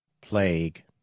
plague